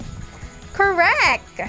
Correct